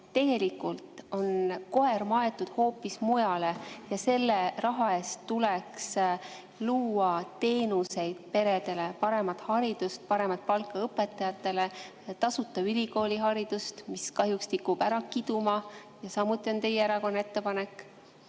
tegelikult on koer maetud hoopis mujale ja selle raha eest tuleks luua teenuseid peredele, paremat haridust, paremat palka õpetajatele, tasuta ülikooliharidust, mis kahjuks tikub ära kiduma ja samuti on teie erakonna ettepanek.